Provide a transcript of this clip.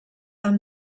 amb